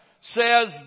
says